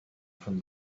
from